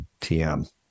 TM